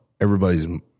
everybody's